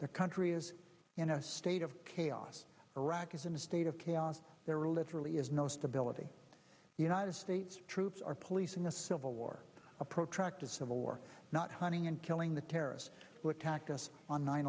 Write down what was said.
the country is in a state of chaos iraq is in a state of chaos there are literally is no stability united states troops are policing a civil war a protracted civil war not hunting and killing the terrorists who attacked us on nine